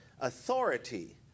authority